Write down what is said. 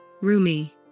Rumi